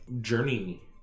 journey